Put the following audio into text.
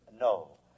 No